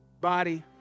body